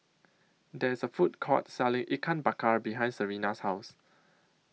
There IS A Food Court Selling Ikan Bakar behind Serena's House